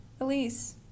Elise